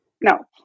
no